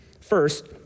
First